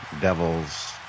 Devils